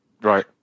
right